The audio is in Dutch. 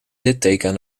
litteken